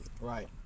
Right